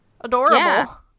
Adorable